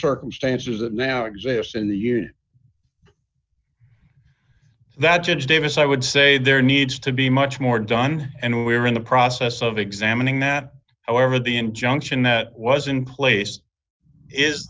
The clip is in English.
circumstances that now exist in the year that judge davis i would say there needs to be much more done and we are in the process of examining that however the injunction that was in place is